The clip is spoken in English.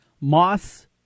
Moss